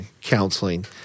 counseling